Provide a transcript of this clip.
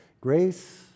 Grace